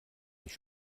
mich